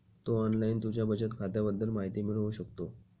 तू online तुझ्या बचत खात्याबद्दल माहिती मिळवू शकतो